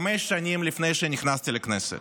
חמש שנים לפני שנכנסתי לכנסת.